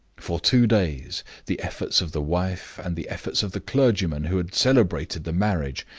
for two days the efforts of the wife, and the efforts of the clergyman who had celebrated the marriage,